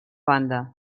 banda